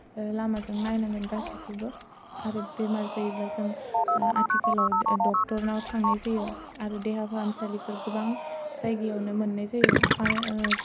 लामाजों नायनांगोन गासैखौबो आरो बेमार जायोब्ला जों आथिखालाव दक्टरनाव थांनाय जायो आरो देहाफाहामसालिफोर गोबां जायगायावनो मोननाय जायो मानो